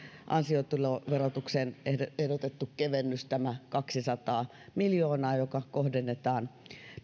ansiotuloverotukseen on ehdotettu kevennystä kaksisataa miljoonaa joka kohdennetaan